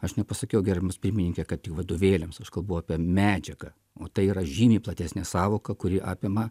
aš nepasakiau gerbiamas pirmininke kad vadovėliams aš kalbu apie medžiagą o tai yra žymiai platesnė sąvoka kuri apima